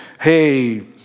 hey